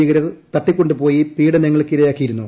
ഭീകരർ തട്ടിക്കൊണ്ടു പോയി പീഡനങ്ങൾക്കിരയാക്കിയിരുന്നു